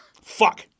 Fuck